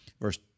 Verse